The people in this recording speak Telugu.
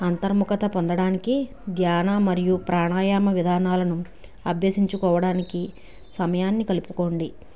అంతర్ముఖత పొందడానికి జ్ఞాన మరియు ప్రాణాయామ విధానాలను అభ్యసించుకోవడానికి సమయాన్ని కలుపుకోండి